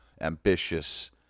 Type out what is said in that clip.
ambitious